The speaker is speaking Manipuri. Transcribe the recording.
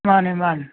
ꯃꯥꯅꯤ ꯃꯥꯅꯤ